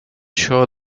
sure